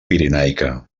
pirenaica